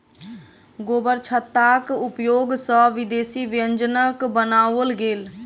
गोबरछत्ताक उपयोग सॅ विदेशी व्यंजनक बनाओल गेल